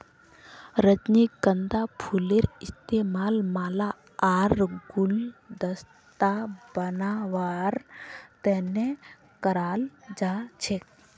रजनीगंधार फूलेर इस्तमाल माला आर गुलदस्ता बनव्वार तने कराल जा छेक